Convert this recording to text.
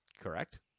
Correct